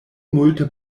multe